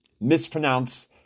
mispronounce